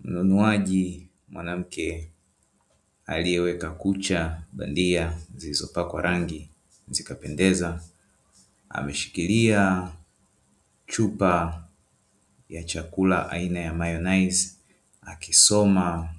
Mnunuaji mwanamke aliyeweka kucha bandia, zilizopakwa rangi zikapendeza, ameshikilia chupa ya chakula aina ya mayonaizi akisoma